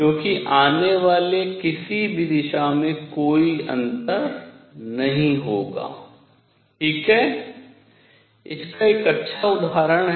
क्योंकि आने वाले किसी भी दिशा में कोई भी अंतर नहीं होगा ठीक है इसका एक अच्छा उदाहरण है